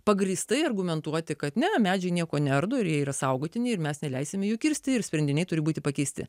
pagrįstai argumentuoti kad ne medžiai nieko neardo ir jie yra saugotini ir mes neleisime jų kirsti ir sprendiniai turi būti pakeisti